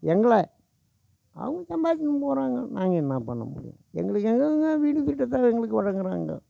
எங்களை அவங்க சம்பாதிச்சின்னு போகிறாங்க நாங்கள் என்ன பண்ண முடியும் எங்களுக்கு எங்கெங்க வீடு திட்டத்தை எங்களுக்கு வழங்கறாங்க